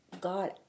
God